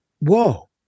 Whoa